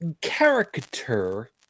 caricature